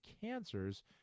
cancers